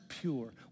pure